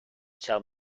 tell